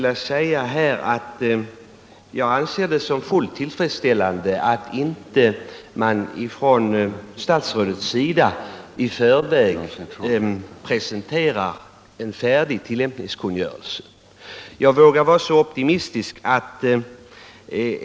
Jag anser det också fullt tillfredsställande att statsrådet inte i förväg presenterar en färdig tilllämpningskungörelse.